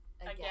Again